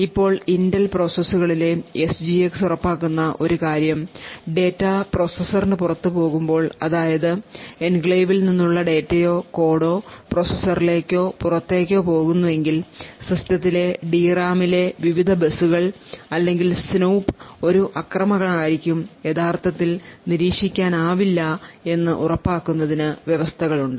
ഇപ്പോൾ ഇന്റൽ പ്രോസസറുകളിലെ എസ്ജിഎക്സ് ഉറപ്പാക്കുന്ന ഒരു കാര്യം ഡാറ്റ പ്രോസസറിന് പുറത്ത് പോകുമ്പോൾ അതായത് എൻക്ലേവിൽ നിന്നുള്ള ഡാറ്റയോ കോഡോ പ്രോസസറിലേക്കോ പുറത്തേയ്ക്കോ പോകുന്നുവെങ്കിൽ സിസ്റ്റത്തിലെ ഡി റാമിലെ വിവിധ ബസുകൾ അല്ലെങ്കിൽ സ്നൂപ്പ് ഒരു ആക്രമണകാരിക്കും യഥാർത്ഥത്തിൽ നിരീക്ഷിക്കാനാവില്ല എന്നു ഉറപ്പാക്കുന്നതിന് വ്യവസ്ഥകളുണ്ട്